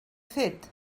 fet